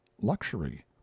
luxury